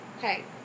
hey